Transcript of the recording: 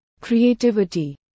creativity